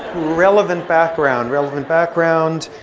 relevant background, relevant background.